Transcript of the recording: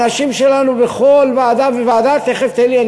האנשים שלנו בכל ועדה וועדה, תכף, תן לי.